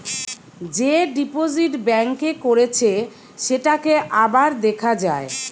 যে deposit bank এ করেছে সেটাকে আবার দেখা যায়